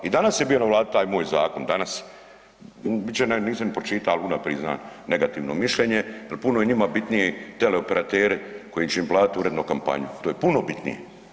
I danas je bio na Vladi taj moj zakon, danas, bit će da nisam pročita, ali unaprid znam negativno mišljenje jel puno je njima bitniji teleoperateri koji će im platiti uredno kampanju, to je puno bitnije.